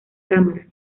cámara